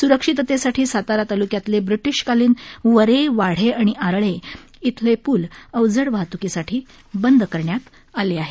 स्रक्षिततेसाठी सातारा तालुक्यातले ब्रिटीशकालीन वर्ये वाढे आणि आरळे येथील पुल अवजड वाहत्कीसाठी बंद करण्यात आले आहेत